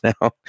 now